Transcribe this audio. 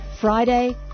Friday